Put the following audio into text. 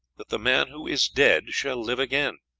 that the man who is dead shall live again,